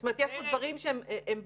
זאת אומרת, יש פה דברים שהם בהיקף.